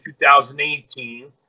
2018